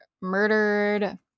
murdered